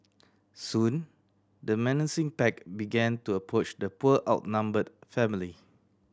soon the menacing pack began to approach the poor outnumbered family